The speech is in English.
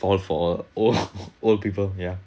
for for a old old people ya